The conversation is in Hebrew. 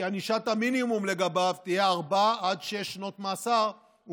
כי ענישת המינימום לגביו תהיה ארבע עד שש שנות מאסר,